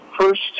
first